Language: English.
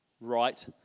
right